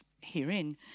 herein